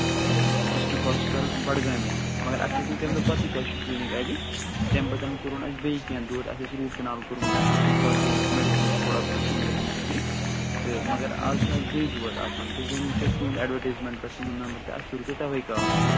یہِ district hospital بڈگامے مگر اَسہِ اوس نہٕ تَمہِ دۄہ پتہٕ ہٕے تۄہہِ چھُو کِلنِک اَتہِ تَمہِ پتہٕ کوٚرُن اَسہِ بیٚیہِ کیٚنٛہہ دود اَسہِ ٲس روٗٹ کنال کوٚرمُت اَسہِ اوس باقٕے میڈِسن تہِ تھوڑا بہت کھوٚمُت اَمہِ خٲطرٕ تہٕ مگر اَز چھُ اَسہِ بیٚیہِ دود آسان تہٕ ؤنہِ وُچھ اَسہِ تُہنٛد اٮ۪ڈوٹیزمٮ۪نٛٹ پٮ۪ٹھ تُہُنٛد نمبر تہٕ اَسہِ کوٚروٕ تۅہہِ تَوے کال